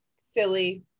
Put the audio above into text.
silly